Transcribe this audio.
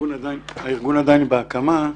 הארגון עדיין בהקמה.